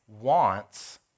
wants